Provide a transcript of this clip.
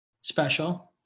special